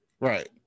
Right